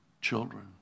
children